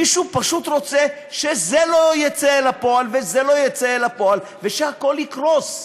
מישהו פשוט רוצה שזה לא יצא לפועל וזה לא יצא לפועל ושהכול יקרוס.